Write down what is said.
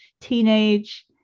teenage